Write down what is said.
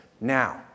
Now